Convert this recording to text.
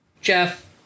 Jeff